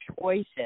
choices